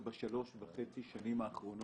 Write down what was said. בבקשה, מיקי, בקצרה.